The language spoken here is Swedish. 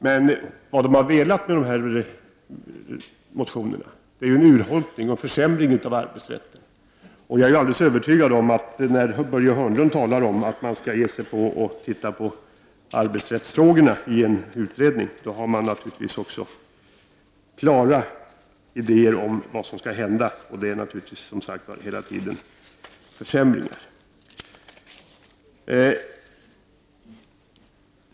Men de har med sina motioner velat åstadkomma en urholkning och en försämring av arbetsrätten. När Börje Hörnlund säger att arbetsrättsfrågorna skall utredas, då är jag helt övertygad om att han har klara idéer om vad som skall hända. Naturligtvis är det hela tiden fråga om försämringar.